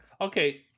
Okay